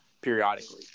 periodically